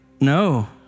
no